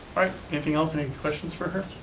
right, anything else, any questions for her?